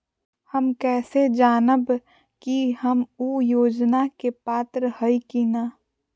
हम कैसे जानब की हम ऊ योजना के पात्र हई की न?